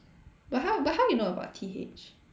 but how but how you know about T_H